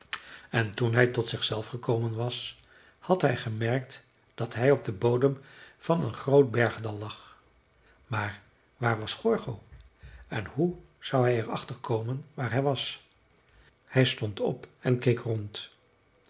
en toen hij tot zichzelf gekomen was had hij gemerkt dat hij op den bodem van een groot bergdal lag maar waar was gorgo en hoe zou hij er achterkomen waar hij was hij stond op en keek rond